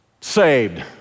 saved